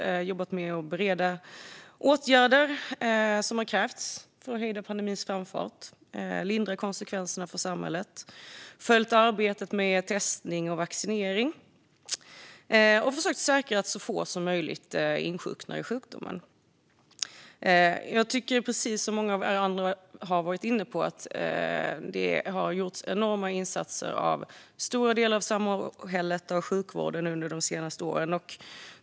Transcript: Jag har jobbat med att bereda åtgärder som krävts för att hejda pandemins framfart och lindra konsekvenserna för samhället. Jag har följt arbetet med testning och vaccinering och försökt säkra att så få som möjligt insjuknar i denna sjukdom. Precis som många av er andra har varit inne på har det gjorts enorma insatser av stora delar av samhället och av sjukvården under de senaste åren.